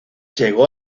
llegó